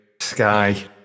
sky